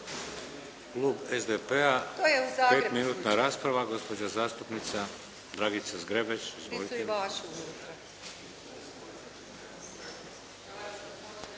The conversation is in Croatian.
Klub SDP-a. Petminutna rasprava gospođa zastupnica Dragica Zgrebec. Izvolite.